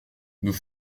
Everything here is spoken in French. nous